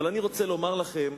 אבל אני רוצה לומר לכם,